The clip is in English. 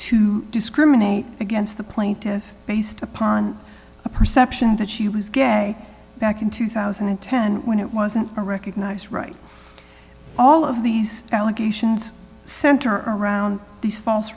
to discriminate against the plaintive based upon a perception that she was gay back in two thousand and ten when it wasn't a recognized right all of these allegations center around these false